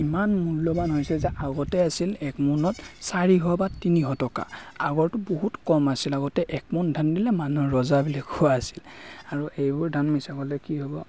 ইমান মূল্যৱান হৈছে যে আগতে আছিল একমোনত চাৰিশ বা তিনিশ টকা আগৰটো বহুত কম আছিল আগতে এক মোন ধান দিলে মানুহ ৰজা বুলি কোৱা আছিল আৰু এইবোৰ ধান মিছা ক'লে কি হ'ব